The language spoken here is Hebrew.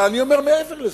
אבל אני אומר מעבר לזה,